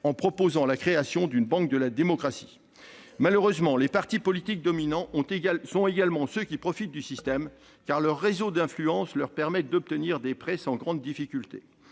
en proposant la création d'une banque de la démocratie. Malheureusement, les partis politiques dominants sont également ceux qui profitent du système, car leurs réseaux d'influence leur permettent d'obtenir des prêts sans grande difficulté.